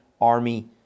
Army